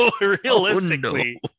realistically